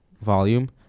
volume